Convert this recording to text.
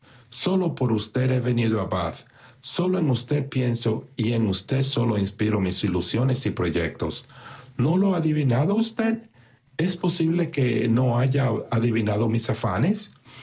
sólo por usted he venido a bath sólo en usted pienso y en usted sólo inspiro mis ilusiones y proyectos no lo ha adivinado usted es posible que no haya adivinado mis afanes